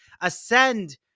ascend